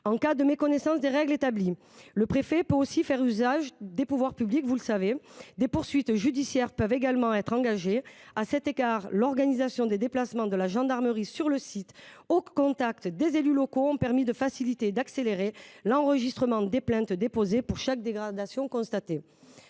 En cas de méconnaissance des règles établies, le préfet peut faire usage de ses pouvoirs de police. Des poursuites judiciaires peuvent également être engagées. À cet égard, l’organisation de déplacements de la gendarmerie sur le site, au contact des élus locaux, a permis de faciliter et d’accélérer l’enregistrement des plaintes déposées pour chaque dégradation constatée.